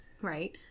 right